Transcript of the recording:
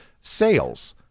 sales